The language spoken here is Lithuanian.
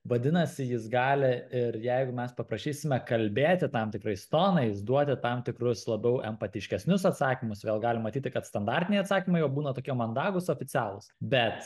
vadinasi jis gali ir jeigu mes paprašysime kalbėti tam tikrais tonais duoti tam tikrus labiau empatiškesnius atsakymus vėl galim matyti kad standartiniai atsakymai jo būna tokie mandagūs oficialūs bet